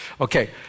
Okay